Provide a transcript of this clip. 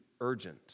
urgent